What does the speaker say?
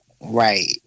right